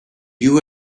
you